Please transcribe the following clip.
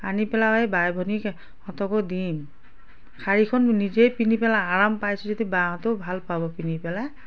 আনি পেলাই বাই ভনীক হঁতকো দিম শাৰীখন নিজে পিন্ধি পেলাই আৰাম পাইছোঁ যদি বাহঁতেও ভাল পাব পিন্ধি পেলাই